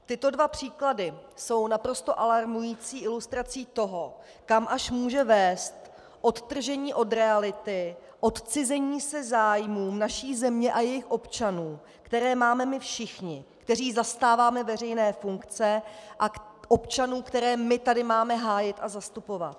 Tyto dva příklady jsou naprosto alarmující ilustrací toho, kam až může vést odtržení od reality, odcizení se zájmům naší země a jejích občanů, které máme my všichni, kteří zastáváme veřejné funkce, občanů, které my tady máme hájit a zastupovat.